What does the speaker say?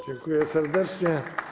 Dziękuję serdecznie.